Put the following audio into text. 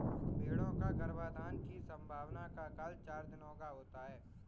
भेंड़ों का गर्भाधान की संभावना का काल चार दिनों का होता है